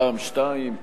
פעם שתיים,